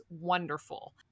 wonderful